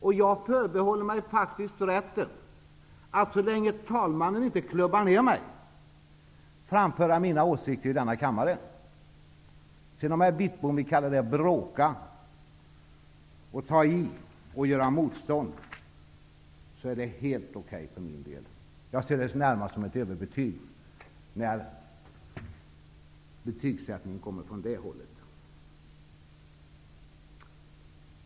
Så länge talmannen inte klubbar ner mig förbehåller jag mig faktisk rätten att framföra mina åsikter i denna kammare. Om Wittbom t.o.m. vill kalla det för att bråka, ta i och göra mostånd, är det helt okej för min del. Jag ser det närmast som ett överbetyg när betygsättningen kommer från det hållet.